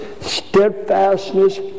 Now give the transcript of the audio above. steadfastness